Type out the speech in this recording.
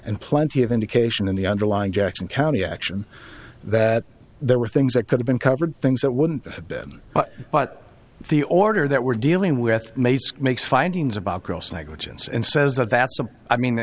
and plenty of indication in the underlying jackson county action that there were things that could've been covered things that wouldn't have been but the order that we're dealing with made make findings about gross negligence and says that that's i mean